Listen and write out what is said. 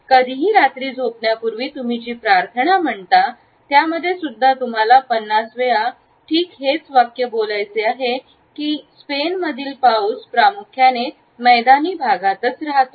कधीही रात्री झोपण्यापूर्वी तुम्ही जी प्रार्थना म्हणतात त्यामध्ये सुद्धा तुम्हाला पन्नास वेळा ठीक हेच वाक्य बोलायचे आहे की 'स्पेनमधील पाऊस प्रामुख्याने मैदानी भागातच रहातो